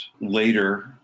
later